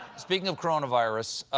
speaking of coronavirus,